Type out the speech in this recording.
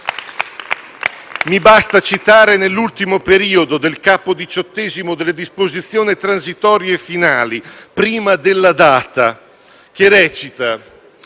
Mi basta citare l'ultimo periodo del Capo XVIII delle disposizioni transitorie e finali, prima della data, che recita: